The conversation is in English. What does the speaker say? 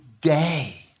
day